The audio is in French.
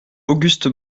auguste